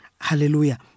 Hallelujah